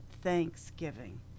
thanksgiving